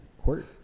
court